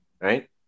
right